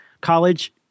college